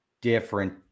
different